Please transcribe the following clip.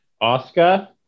oscar